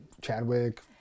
Chadwick